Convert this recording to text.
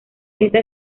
esta